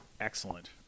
excellent